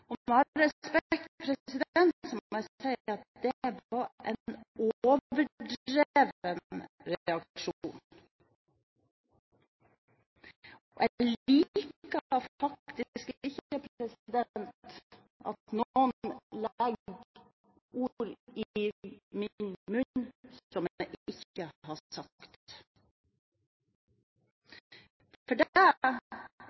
må jeg si at det var en overdreven reaksjon. Jeg liker faktisk ikke at noen legger ord i min munn som jeg ikke har sagt.